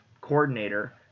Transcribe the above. coordinator